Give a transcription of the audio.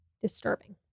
disturbing